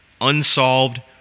Unsolved